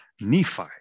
Nephi